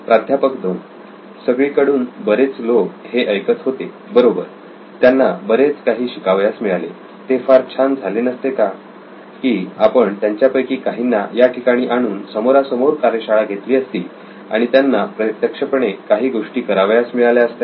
प्राध्यापक 2 सगळीकडून बरेच लोक हे ऐकत होते बरोबर त्यांना बरेच काही शिकावयास मिळाले ते फार छान झाले नसते का की आपण त्यांच्यापैकी काहींना या ठिकाणी आणून समोरासमोर कार्यशाळा घेतली असती आणि त्यांना प्रत्यक्षपणे काही गोष्टी करावयास मिळाल्या असत्या